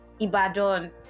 Ibadon